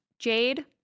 Jade